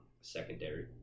secondary